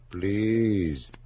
please